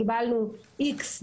קיבלנו איקס,